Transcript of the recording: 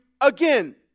again